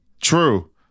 True